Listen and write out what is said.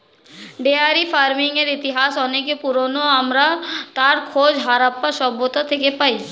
dairy ফার্মিংয়ের ইতিহাস অনেক পুরোনো, আমরা তার খোঁজ হারাপ্পা সভ্যতা থেকে পাই